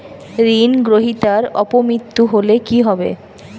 ঋণ গ্রহীতার অপ মৃত্যু হলে কি হবে?